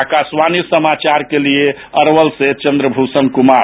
आकाशवाणी समाचार के लिए अरवल से चंद्रभूषण कुमार